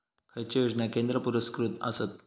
खैचे योजना केंद्र पुरस्कृत आसत?